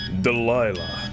Delilah